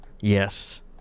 Yes